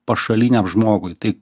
pašaliniam žmogui tai